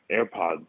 AirPods